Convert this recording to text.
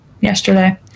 Yesterday